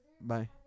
Bye